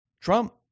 Trump